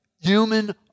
human